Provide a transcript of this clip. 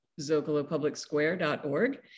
zocalopublicsquare.org